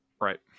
right